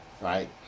right